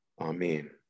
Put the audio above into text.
Amen